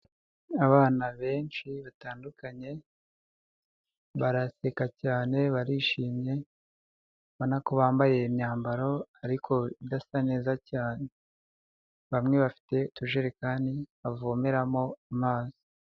Abana benshi batandukanye baraseka cyane barishimye ubona ko bambaye imyambaro ariko idasa neza cyane, bamwe bafite utujerekani bavomeramo amazi.